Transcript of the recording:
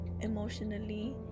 emotionally